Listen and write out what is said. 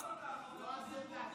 לא הסתה.